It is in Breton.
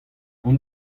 hon